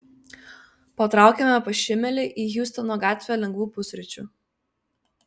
patraukėme pas šimelį į hjustono gatvę lengvų pusryčių